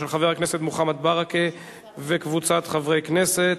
של חבר הכנסת מוחמד ברכה וקבוצת חברי הכנסת.